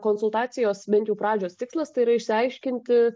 konsultacijos bent jau pradžios tikslas tai yra išsiaiškinti